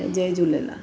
Jay Jhulelal